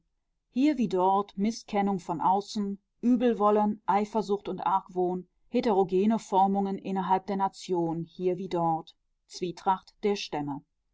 hier wie dort mißkennung von außen übelwollen eifersucht und argwohn heterogene formungen innerhalb der nation hier wie dort zwietracht der stämme